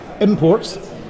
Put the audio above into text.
Imports